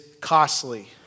costly